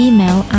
Email